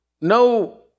no